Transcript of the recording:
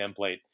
template